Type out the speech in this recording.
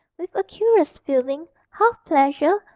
with a curious feeling, half pleasure,